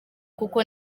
kuko